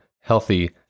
healthy